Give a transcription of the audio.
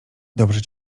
dobrze